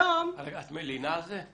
את מלינה על זה?